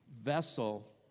vessel